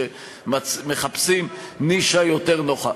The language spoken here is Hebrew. כשמחפשים נישה יותר נוחה.